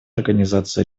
организацию